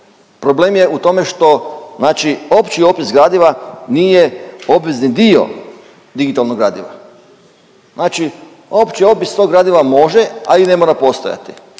problem je u tome što znači opći opis gradiva nije obvezni dio digitalnog gradiva. Znači opći opis tog gradiva može, a i ne mora postojati.